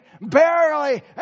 Barely